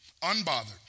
unbothered